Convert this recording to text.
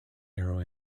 aero